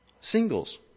Singles